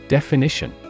Definition